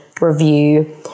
review